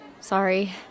sorry